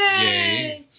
Yay